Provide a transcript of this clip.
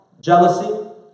jealousy